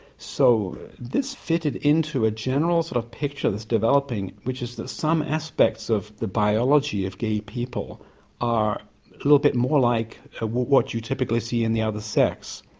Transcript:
so this fitted in to a general sort of picture that's developing which is that some aspects of the biology of gay people are a little bit more like what you typically see in the other sex.